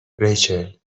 ریچل